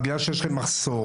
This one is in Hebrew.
בגלל שיש לכם מחסור,